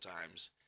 times